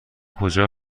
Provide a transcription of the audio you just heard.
کجا